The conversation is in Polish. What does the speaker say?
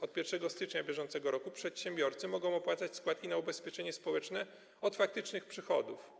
Od 1 stycznia br. przedsiębiorcy mogą opłacać składki na ubezpieczenie społeczne od faktycznych przychodów.